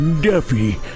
Duffy